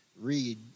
read